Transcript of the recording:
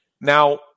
Now